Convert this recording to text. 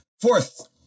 Fourth